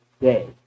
day